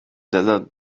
desert